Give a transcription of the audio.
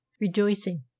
rejoicing